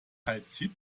kalzit